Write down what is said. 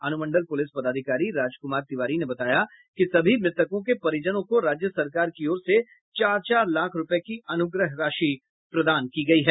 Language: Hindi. अनुमंडल पुलिस पदाधिकारी राजकुमार तिवारी ने बताया कि सभी मृतकों के परिजनों को राज्य सरकार की ओर से चार चार लाख रुपए की अनुग्रह राशि प्रदान की गई है